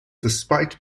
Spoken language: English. despite